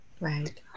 right